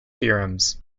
theorems